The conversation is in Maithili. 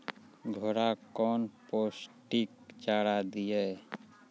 घोड़ा कौन पोस्टिक चारा दिए?